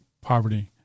poverty